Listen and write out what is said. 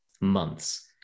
months